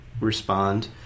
respond